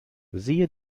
siehe